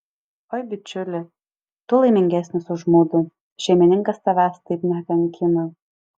oi bičiuli tu laimingesnis už mudu šeimininkas tavęs taip nekankina